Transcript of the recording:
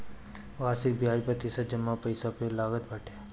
वार्षिक बियाज प्रतिशत जमा पईसा पे लागत बाटे